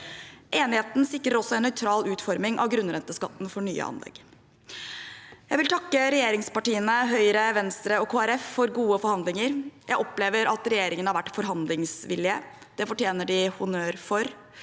Enigheten sikrer også en nøytral utforming av grunnrenteskatten for nye anlegg. Jeg vil takke regjeringspartiene, Høyre, Venstre og Kristelig Folkeparti for gode forhandlinger. Jeg opplever at regjeringen har vært forhandlingsvillig. Det fortjener de honnør for.